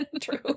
True